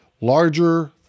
larger